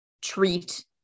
treat